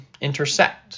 intersect